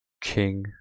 King